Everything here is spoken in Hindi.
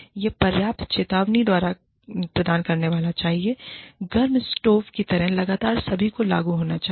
यह पर्याप्त चेतावनी प्रदान करनेवाला चाहिए और गर्म स्टोव की तरह लगातार सभी पर लागू होना चाहिए